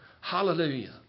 Hallelujah